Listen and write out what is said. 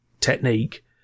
technique